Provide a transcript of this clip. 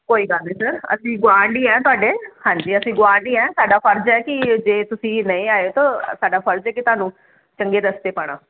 ਕੋਈ ਗੱਲ ਨਹੀਂ ਸਰ ਅਸੀਂ ਗੁਆਂਡੀ ਆ ਤੁਹਾਡੇ ਹਾਂਜੀ ਅਸੀਂ ਗੁਆਡੀ ਆ ਸਾਡਾ ਫਰਜ਼ ਹੈ ਕਿ ਜੇ ਤੁਸੀਂ ਨਏਂ ਆਏ ਹੋ ਤਾਂ ਸਾਡਾ ਫਰਜ਼ ਹੈ ਕਿ ਤੁਹਾਨੂੰ ਚੰਗੇ ਰਸਤੇ ਪਾਣਾ